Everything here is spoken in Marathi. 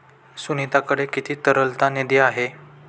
सुनीताकडे किती तरलता निधी आहे?